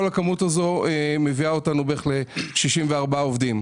כל הכמות הזו מביאה אותנו לכ-64 עובדים.